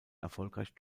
erfolgreich